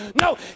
No